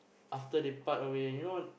after they part away you know